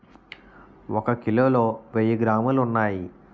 ఒక కిలోలో వెయ్యి గ్రాములు ఉన్నాయి